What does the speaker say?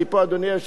אדוני היושב-ראש,